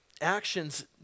actions